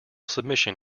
submission